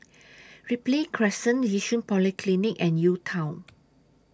Ripley Crescent Yishun Polyclinic and U Town